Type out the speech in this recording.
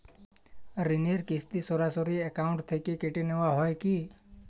ঋণের কিস্তি সরাসরি অ্যাকাউন্ট থেকে কেটে নেওয়া হয় কি?